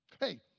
Hey